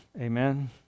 Amen